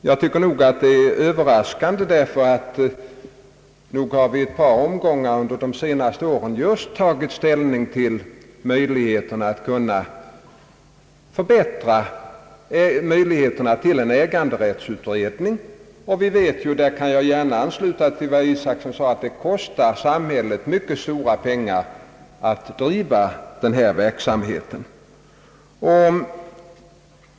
Jag tycker att detta uttalande är överraskande, ty vi har i ett par omgångar under de senaste åren tagit ställning just till möjligheterna för en äganderättsutredning, och vi vet ju — där kan jag gärna ansluta mig till vad herr Isacson sade — att det kostar samhället mycket stora pengar att driva denna verksamhet.